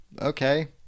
okay